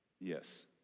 Yes